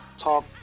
talk